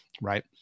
Right